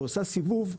ועושה סיבוב.